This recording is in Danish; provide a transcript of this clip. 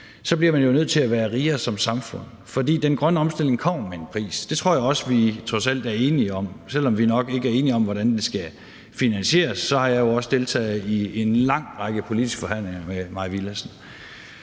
bliver man jo nødt til som samfund at være rigere, fordi den grønne omstilling kommer med en pris. Det tror jeg også at vi trods alt er enige om, selv om vi nok ikke er enige om, hvordan det skal finansieres – jeg har jo også deltaget i en lang række politiske forhandlinger med Mai Villadsen.